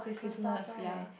Christmas ya